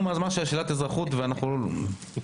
מהזמן של שלילת אזרחות ואנחנו לא רוצים.